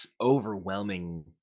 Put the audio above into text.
overwhelming